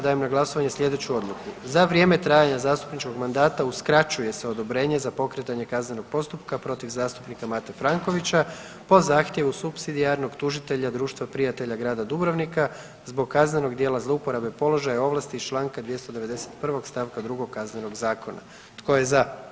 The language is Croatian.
Dajem na glasovanje sljedeću odluku „Za vrijeme trajanja zastupničkog mandata uskraćuje se odobrenje za pokretanje kaznenog postupka protiv zastupnika Mate Frankovića po zahtjevu supsidijarnog tužitelja Društva prijatelja Grada Dubrovnika zbog kaznenog djela zlouporabe položaje ovlasti iz čl. 291. st. 2. Kaznenog zakona.“ Tko je za?